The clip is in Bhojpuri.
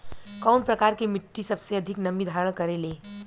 कउन प्रकार के मिट्टी सबसे अधिक नमी धारण करे ले?